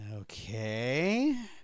okay